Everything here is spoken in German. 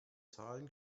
zahlen